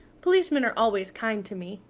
policemen are always kind to me.